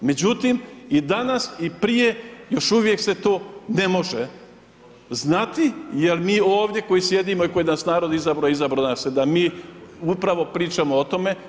Međutim i danas i prije još uvijek se to ne može znati jel mi ovdje koji sjedimo i koji nas narod izabrao, izabrao nas je da mi upravo pričamo o tome.